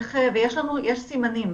ויש סימנים.